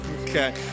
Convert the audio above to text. Okay